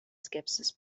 skepsis